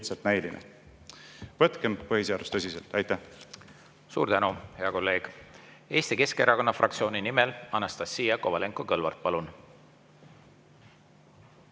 Võtkem põhiseadust tõsiselt! Aitäh!